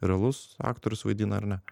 realus aktorius vaidina ar ne